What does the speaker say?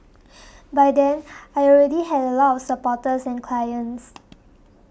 by then I already had a lot of supporters and clients